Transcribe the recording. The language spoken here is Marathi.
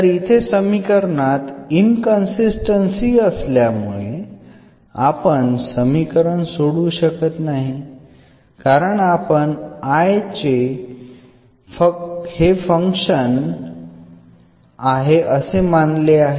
तर इथे समीकरणात इनकन्सिस्टन्सी असल्यामुळे आपण समीकरण सोडवू शकत नाही कारण आपण I हे फक्त x चे फंक्शन आहे असे मानले आहे